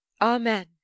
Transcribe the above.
Amen